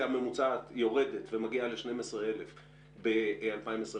הממוצעת יורדת ומגיעה ל-12,000 ש"ח ב-2025.